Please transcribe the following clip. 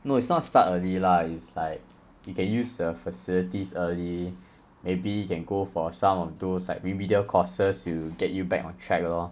no it's not start early lah it's like you can use the facilities early maybe you can go for some of those like remedial courses to get you back on track lor